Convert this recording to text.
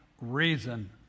reason